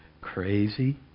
crazy